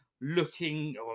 looking